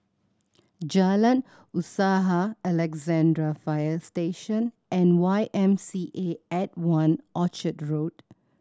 Jalan Usaha Alexandra Fire Station and Y M C A at One Orchard Road